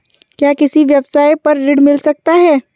क्या किसी व्यवसाय पर ऋण मिल सकता है?